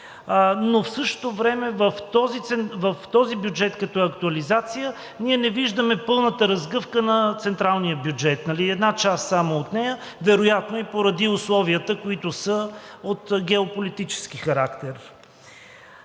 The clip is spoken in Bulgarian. но в същото време в този бюджет като актуализация ние не виждаме пълната разгъвка на централния бюджет, една част само от нея, вероятно и поради условията, които са от геополитически характер.